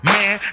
Man